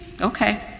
okay